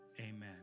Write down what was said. amen